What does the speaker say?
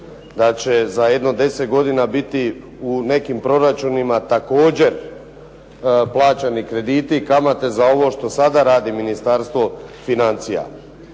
Da će za jedno 10 godina biti u nekim proračunima također plaćani krediti, kamate za ovo što sada radi Ministarstvo financija.